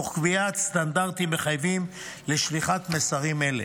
תוך קביעת סטנדרטים מחייבים לשליחת מסרים אלה.